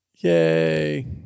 Yay